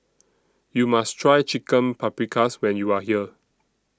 YOU must Try Chicken Paprikas when YOU Are here